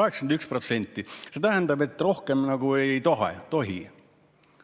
81%! See tähendab, et rohkem nagu ei tohi